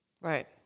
Right